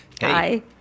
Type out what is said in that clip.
Hi